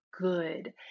good